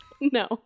No